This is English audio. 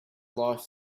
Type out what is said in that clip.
life